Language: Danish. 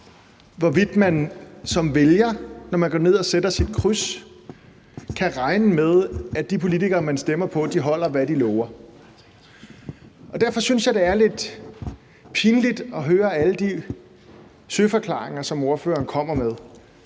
hvorvidt man som vælger, når man går ned og sætter sit kryds, kan regne med, at de politikere, man stemmer på, holder, hvad de lover. Og derfor synes jeg, det er lidt pinligt at høre alle de søforklaringer, som ordføreren kommer med,